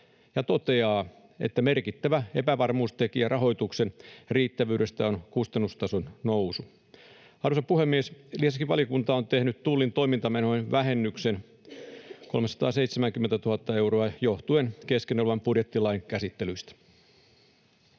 ja toteaa, että merkittävä epävarmuustekijä rahoituksen riittävyydessä on kustannustason nousu. Arvoisa puhemies! Lisäksi valiokunta on tehnyt tullin toimintamenoihin vähennyksen, 370 000 euroa, johtuen kesken olevan budjettilain käsittelystä.